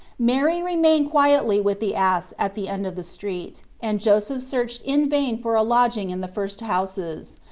mary remained quietly with the ass at the end of the street, and joseph searched in vain for a lodging in the first houses,